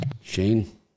Shane